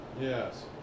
Yes